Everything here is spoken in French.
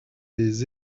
des